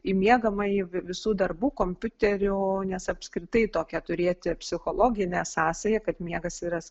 į miegamąjį visų darbų kompiuterių nes apskritai tokią turėti psichologinę sąsają kad miegas yra